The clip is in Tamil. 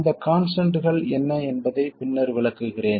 இந்த கான்ஸ்டன்ட்கள் என்ன என்பதை பின்னர் விளக்குகிறேன்